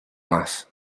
más